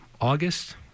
August